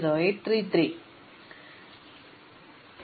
അതിനാൽ ഇത് i n നാണ് i 1 മുതൽ n വരെ തുല്യമാണ് j 1 മുതൽ n വരെ തുല്യമാണ്